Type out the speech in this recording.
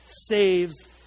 saves